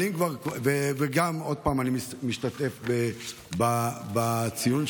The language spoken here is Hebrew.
עוד פעם, אני משתתף בציון,